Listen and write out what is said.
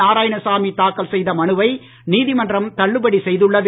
நாராயணசாமி தாக்கல் செய்த மனுவை நீதிமன்றம் தள்ளுபடி செய்துள்ளது